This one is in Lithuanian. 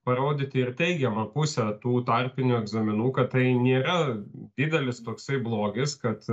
parodyti ir teigiamą pusę tų tarpinių egzaminų kad tai nėra didelis toksai blogis kad